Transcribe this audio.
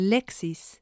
Lexis